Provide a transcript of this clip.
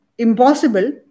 Impossible